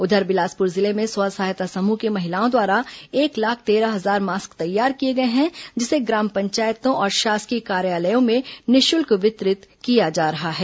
उधर बिलासपुर जिले में स्व सहायता समूह की महिलाओं द्वारा एक लाख तेरह हजार मास्क तैयार किए गए है जिसे ग्राम पंचायतों और शासकीय कार्यालयों में निःशुल्क वितरित किया जा रहा है